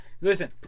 Listen